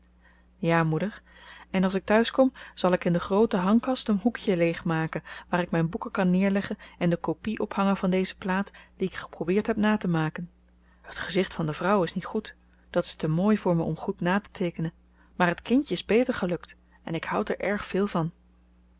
ja moeder en als ik thuis kom zal ik in de groote hangkast een hoekje leegmaken waar ik mijn boeken kan neerleggen en de copie ophangen van deze plaat die ik geprobeerd heb na te maken het gezicht van de vrouw is niet goed dat is te mooi voor me om goed na te teekenen maar het kindje is beter gelukt en ik houd er erg veel van